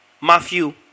Matthew